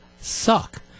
suck